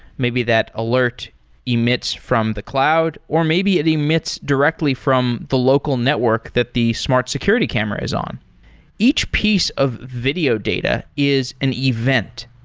maybe that alert emits from the cloud, or maybe it emits directly from the local network that the smart security camera is on each piece of video data is an event.